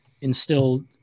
instill